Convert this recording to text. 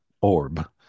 orb